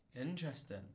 interesting